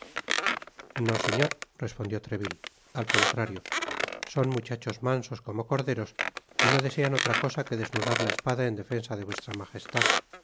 no señor respondió treville al contrario son muchachos mansos como corderos y no desean otra cosa que desnudar la espada en defensa de vuestra magestad